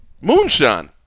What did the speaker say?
moonshine